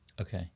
Okay